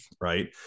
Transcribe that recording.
right